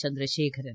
Chandrasekharan